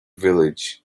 village